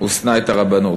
"ושנא את הרבנות".